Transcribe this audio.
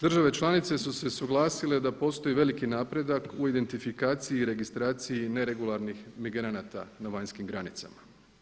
Države članice su se usuglasile da postoji veliki napredak u identifikaciji i registraciji neregularnih migranata na vanjskih granicama.